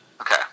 Okay